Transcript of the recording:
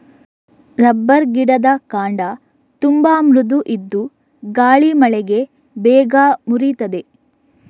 rubber ಗಿಡದ ಕಾಂಡ ತುಂಬಾ ಮೃದು ಇದ್ದು ಗಾಳಿ ಮಳೆಗೆ ಬೇಗ ಮುರೀತದೆ